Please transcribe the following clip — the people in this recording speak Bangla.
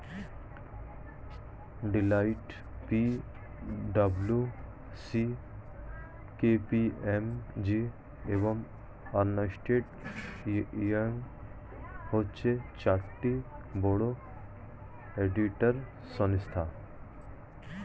Deloitte, P W C, K P M G, এবং আর্নেস্ট ইয়ং হচ্ছে চারটি বড় অডিটর সংস্থা